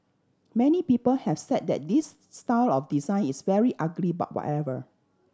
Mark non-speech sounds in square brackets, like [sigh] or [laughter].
many people have said that this [unintelligible] style of design is very ugly but whatever